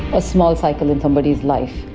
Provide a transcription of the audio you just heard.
a small cycle in somebody's life.